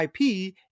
IP